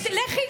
לכי,